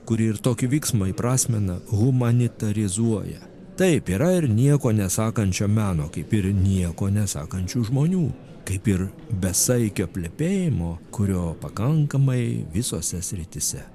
kuri ir tokį vyksmą įprasmina humanitarizuoja taip yra ir nieko nesakančio meno kaip ir nieko nesakančių žmonių kaip ir besaikio plepėjimo kurio pakankamai visose srityse